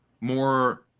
more